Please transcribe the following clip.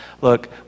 Look